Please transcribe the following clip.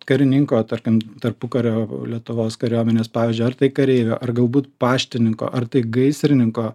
karininko tarkim tarpukario lietuvos kariuomenės pavyzdžio ar tai kareivio ar galbūt paštininko ar tai gaisrininko